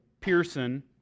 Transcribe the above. Pearson